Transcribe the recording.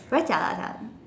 very jialat lah